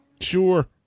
sure